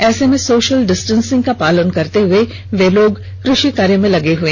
ऐसे में social distancing का पालन करते हुए वे लोग कृषि कार्य में लगे हुए